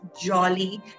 jolly